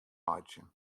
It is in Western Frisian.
meitsjen